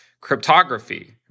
cryptography